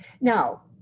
Now